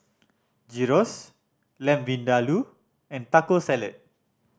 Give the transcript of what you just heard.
Gyros Lamb Vindaloo and Taco Salad